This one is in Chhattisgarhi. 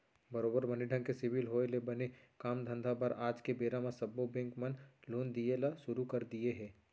बरोबर बने ढंग के सिविल होय ले बने काम धंधा बर आज के बेरा म सब्बो बेंक मन लोन दिये ल सुरू कर दिये हें